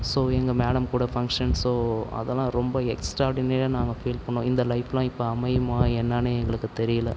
so எங்கள் madam கூட function so அதெலாம் ரொம்ப எக்ஸட்ராடினரியாக நாங்கள் ஃபீல் பண்ணுவோம் இந்த லைஃப்பெலாம் இப்போ அமையுமா என்னன்னே எங்களுக்கு தெரியலை